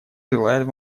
желает